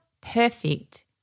perfect